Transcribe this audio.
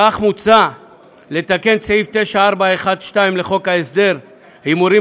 כך מוצע לתקן את סעיף 9(ב1)(1) לחוק הסדר ההימורים